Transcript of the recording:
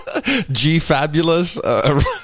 G-fabulous